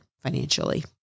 financially